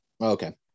Okay